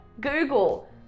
Google